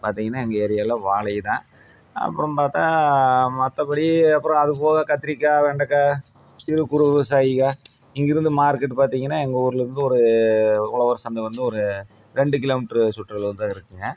பார்த்திங்கனா எங்கள் ஏரியாவில் வாழை தான் அப்புறம் பார்த்தா மற்றபடி அப்புறம் அது போக கத்திரிக்காய் வெண்டக்காய் சிறு குறு விவசாயிகள் இங்கே இருந்து மார்க்கெட் பார்த்திங்கனா எங்கள் ஊரில் இருந்து ஒரு உழவர் சந்தை வந்து ஒரு ரெண்டு கிலோமீட்ரு சுற்றளவில் தான் இருக்குதுங்க